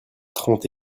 trente